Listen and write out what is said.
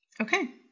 Okay